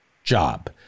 job